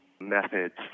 methods